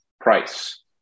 price